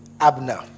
abner